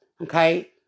okay